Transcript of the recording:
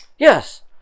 Yes